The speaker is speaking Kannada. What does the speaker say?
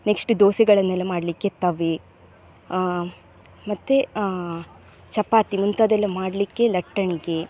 ನೆಕ್ಸ್ಟ್ ದೋಸೆಗಳನ್ನೆಲ್ಲ ಮಾಡಲಿಕ್ಕೆ ತವೇ ಮತ್ತೆ ಚಪಾತಿ ಮುಂತಾದ್ದೆಲ್ಲ ಮಾಡಲಿಕ್ಕೆ ಲಟ್ಟಣಿಗೆ